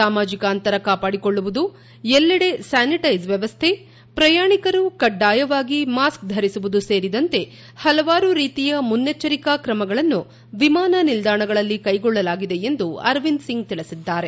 ಸಾಮಾಜಿಕ ಅಂತರ ಕಾಪಾಡಿಕೊಳ್ಳುವುದು ಎಲ್ಲೆಡೆ ಸ್ಯಾನಿಟೈಸ್ ವ್ಯವಸ್ದೆ ಪ್ರಯಾಣಿಕರು ಕಡ್ಡಾಯವಾಗಿ ಮಾಸ್ಕ್ ಧರಿಸುವುದು ಸೇರಿದಂತೆ ಹಲವಾರು ರೀತಿಯ ಮುನ್ನೆಚ್ಚರಿಕಾ ಕ್ರಮಗಳನ್ನು ವಿಮಾನ ನಿಲ್ದಾಣಗಳಲ್ಲಿ ಕೈಗೊಳ್ಳಲಾಗಿದೆ ಎಂದು ಅರವಿಂದ್ ಸಿಂಗ್ ತಿಳಿಸಿದ್ದಾರೆ